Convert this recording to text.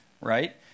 Right